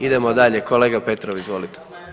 Idemo dalje, kolega Petrov, izvolite.